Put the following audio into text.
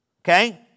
Okay